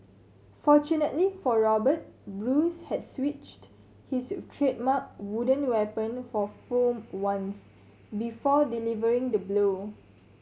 fortunately for Robert Bruce had switched his trademark wooden weapon for foam ones before delivering the blow